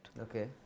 Okay